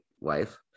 wife